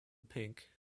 pink